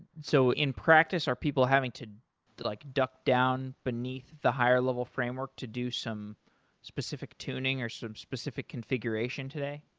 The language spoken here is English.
so in practice, are people having to like duck down beneath the higher level framework to do some specific tuning or some specific configuration today?